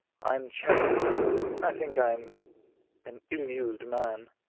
i am chagrined i think i am an ill-used man.